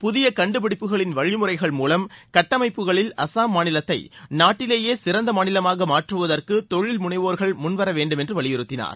புதிய கண்டுபிடிப்புகளின் வழிமுறைகள் மூவம் கட்டமைப்புக்களில் அசாம் மாநிலத்தை நாட்டிலேயே சிறந்த மாநிலமாக மாற்றுவதற்கு தொழில் முனைவோர்கள் முன் வரவேண்டும் என்று வலியுறுத்தினார்